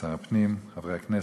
שר הפנים, חברי הכנסת,